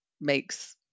makes